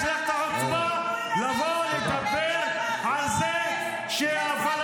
יש לך את החוצפה לבוא לדבר ------- על זה שהפלסטינים,